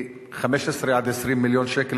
15 20 מיליון שקל,